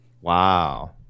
Wow